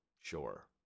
Sure